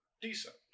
decent